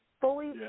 fully